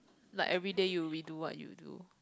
like everyday you redo what you do